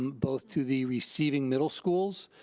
both to the receiving middle schools,